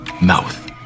mouth